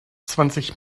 zwanzig